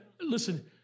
listen